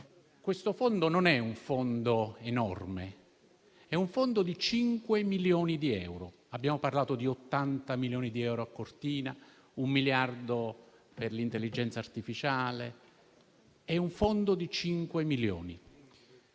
questo fondo non è enorme: di tratta di 5 milioni di euro. Abbiamo parlato di 80 milioni di euro a Cortina, un miliardo per l'intelligenza artificiale. È un fondo di 5 milioni che